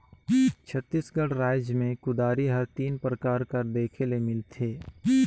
छत्तीसगढ़ राएज मे कुदारी हर तीन परकार कर देखे ले मिलथे